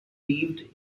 leaved